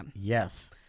Yes